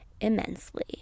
immensely